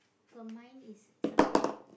so mine is something